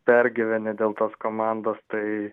pergyveni dėl tos komandos tai